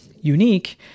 unique